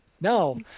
no